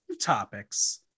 topics